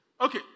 Okay